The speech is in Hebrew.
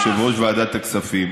יושב-ראש ועדת הכספים,